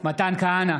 מתן כהנא,